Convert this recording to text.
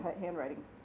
handwriting